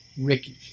Ricky